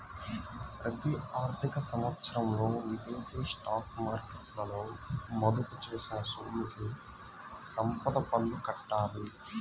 ప్రతి ఆర్థిక సంవత్సరంలో విదేశీ స్టాక్ మార్కెట్లలో మదుపు చేసిన సొమ్ముకి సంపద పన్ను కట్టాలి